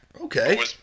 Okay